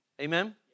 Amen